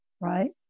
right